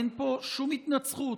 אין פה שום התנצחות.